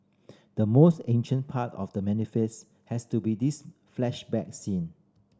the most ancient part of The Manifest has to be this flashback scene